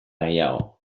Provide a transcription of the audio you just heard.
gehiago